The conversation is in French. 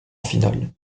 finale